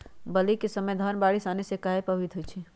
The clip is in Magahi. बली क समय धन बारिस आने से कहे पभवित होई छई?